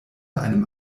einem